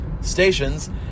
stations